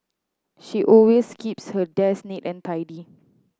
she always keeps her desk neat and tidy